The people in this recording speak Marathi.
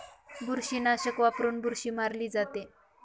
बुरशीनाशक वापरून बुरशी मारली जाते